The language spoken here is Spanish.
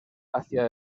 hacia